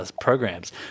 programs